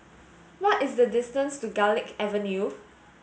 what is the distance to Garlick Avenue